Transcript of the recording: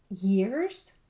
years